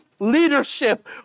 leadership